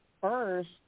first